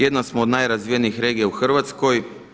Jedna smo od najrazvijenijih regija u Hrvatskoj.